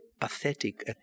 pathetic